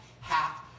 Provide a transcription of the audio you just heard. half